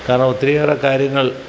കാരണം ഒത്തിരിയേറെ കാര്യങ്ങൾ